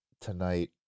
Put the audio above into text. tonight